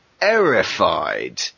terrified